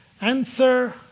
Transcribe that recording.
answer